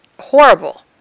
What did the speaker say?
horrible